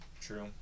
True